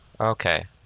okay